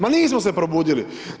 Ma nismo se probudili!